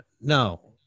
No